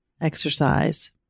exercise